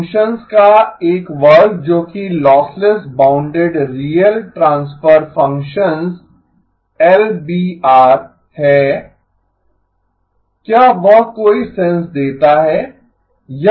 functions का एक वर्ग जोकि lossless bounded real transfer functions LBR हैं क्या वह कोई सेंस देता है